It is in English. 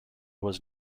was